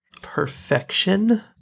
Perfection